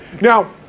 Now